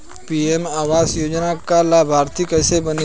PM आवास योजना का लाभर्ती कैसे बनें?